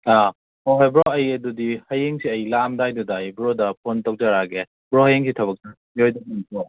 ꯍꯣꯏ ꯍꯣꯏ ꯕ꯭ꯔꯣ ꯑꯩ ꯑꯗꯨꯗꯤ ꯍꯌꯦꯡꯁꯦ ꯑꯩ ꯂꯥꯛꯑꯝꯗꯥꯏꯗꯨꯗ ꯑꯩ ꯕ꯭ꯔꯣꯗ ꯐꯣꯟ ꯇꯧꯖꯔꯛꯑꯒꯦ ꯕ꯭ꯔꯣ ꯍꯌꯦꯡꯁꯦ ꯊꯕꯛ ꯆꯠꯂꯣꯏꯗꯕ ꯅꯠꯇ꯭ꯔꯣ